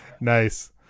Nice